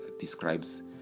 describes